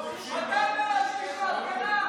איזה חדשות?